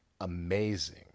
amazing